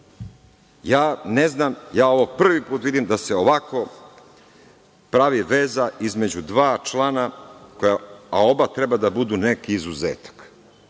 sve. Ne znam, ja ovo prvi put vidim da se ovako pravi veza između dva člana, a oba treba da budu neki izuzetak.